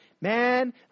Man